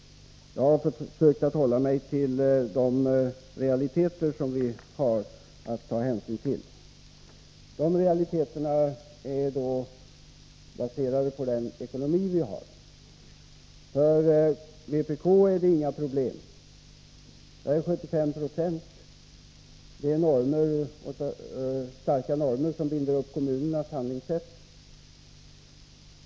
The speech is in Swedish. Jag har försökt att hålla mig till de realiteter som vi har att ta hänsyn till. Dessa realiteter är baserade på vår ekonomiska situation. För vpk finns det inga problem. Vpk sätter upp 75 Yo driftbidrag till kommunerna som en stark norm.